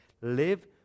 live